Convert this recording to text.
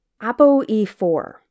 ApoE4